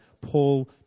Paul